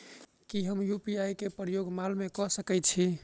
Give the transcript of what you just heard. की हम यु.पी.आई केँ प्रयोग माल मै कऽ सकैत छी?